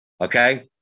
Okay